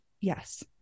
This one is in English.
yes